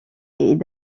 est